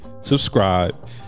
subscribe